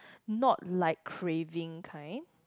not like craving kind